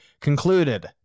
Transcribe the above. concluded